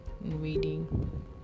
reading